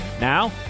Now